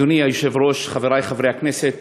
אדוני היושב-ראש, חברי חברי הכנסת,